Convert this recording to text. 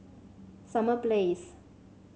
Summer Place